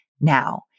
now